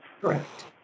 Correct